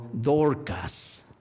Dorcas